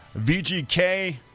VGK